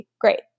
Great